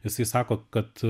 jisai sako kad